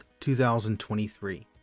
2023